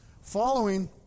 following